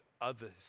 others